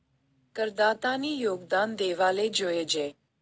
करदातानी योगदान देवाले जोयजे